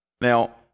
Now